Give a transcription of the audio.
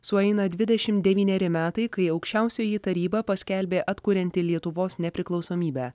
sueina dvidešimt devyneri metai kai aukščiausioji taryba paskelbė atkurianti lietuvos nepriklausomybę